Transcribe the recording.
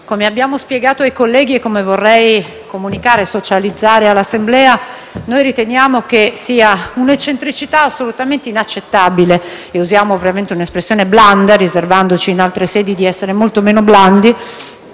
Come abbiamo spiegato ai colleghi e come vogliamo comunicare all'Assemblea, riteniamo che sia un'eccentricità assolutamente inaccettabile - e usiamo ovviamente un'espressione blanda, riservandoci in altre sedi di essere molto meno blandi